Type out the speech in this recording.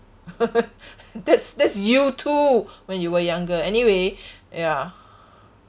that's that's you too when you were younger anyway ya